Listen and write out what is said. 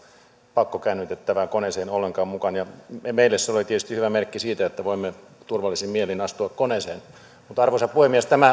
pakkokäännytettävää koneeseen ollenkaan mukaan ja meille se oli tietysti hyvä merkki siitä että voimme turvallisin mielin astua koneeseen arvoisa puhemies tämä